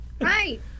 Right